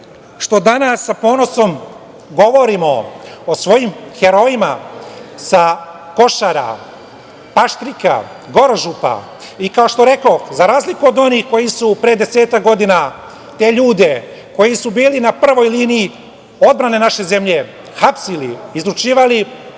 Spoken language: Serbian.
što danas sa ponosom govorimo o svojim herojima, sa Košara, Paštrika, Gorožupa, i kao što rekoh, za razliku od onih koji su pre desetak godina te ljude koji su bili na prvoj liniji odbrane naše zemlje hapsili i izručivali